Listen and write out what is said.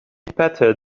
better